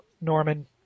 Norman